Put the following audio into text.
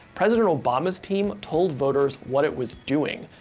president obama's team told voters what it was doing.